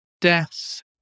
deaths